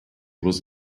was